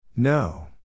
No